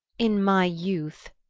in my youth,